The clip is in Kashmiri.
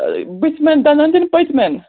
بُتھِ مین دَنٛدَن کِنہٕ پٔتۍ مٮ۪ن